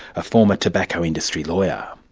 a former tobacco industry lawyer.